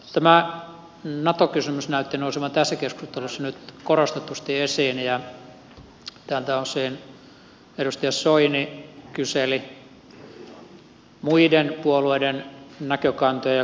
tämä nato kysymys näytti nousevan tässä keskustelussa nyt korostetusti esiin ja tältä osin edustaja soini kyseli muiden puolueiden näkökantoja ja kommentteja